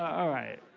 alright,